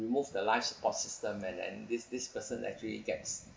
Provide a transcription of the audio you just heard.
remove the life support system and then this this person actually gets